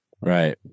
Right